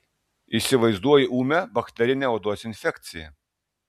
įsivaizduoju ūmią bakterinę odos infekciją